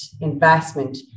investment